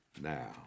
now